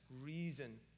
reason